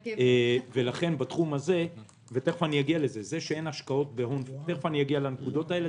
לכן זה שאין השקעות בהון תכף אני אגיע לנקודות האלה,